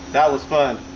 that was fun.